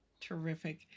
Terrific